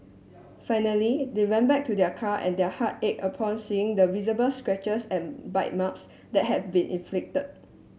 finally they went back to their car and their heart ache upon seeing the visible scratches and bite marks that had been inflicted